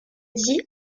dits